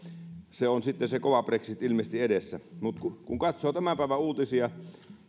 se on sitten se kova brexit ilmeisesti edessä kun kun katsoo tämän päivän uutisia